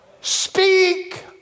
Speak